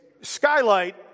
skylight